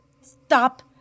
stop